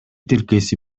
тилкеси